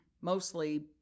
mostly